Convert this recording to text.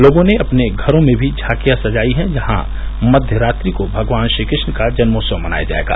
लोगों ने अपने घरों में भी झांकियां सजायी है जहां मध्य रात्रि को भगवान श्रीकृष्ण का जन्मोत्सव मनाया जायेगा